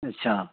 अच्छा